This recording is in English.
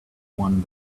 one